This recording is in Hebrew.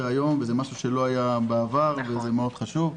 היום וזה משהו שלא היה בעבר וזה מאוד חשוב,